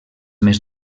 més